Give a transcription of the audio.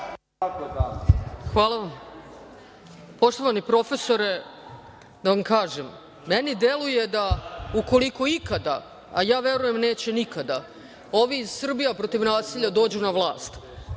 Hvala vam. Poštovani profesore, da vam kažem – meni deluje da ukoliko ikada, a ja verujem neće nikada, ovi iz „Srbija protiv nasilja“ dođu na vlast